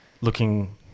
looking